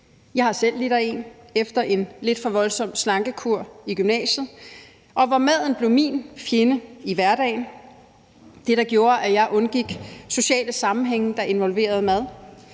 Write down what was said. Jeg har selv lidt af en efter en lidt for voldsom slankekur i gymnasiet, hvor maden blev min fjende i hverdagen; det, der gjorde, at jeg undgik sociale sammenhænge, der involverede mad;